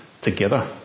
together